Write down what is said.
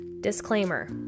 Disclaimer